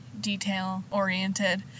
detail-oriented